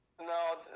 no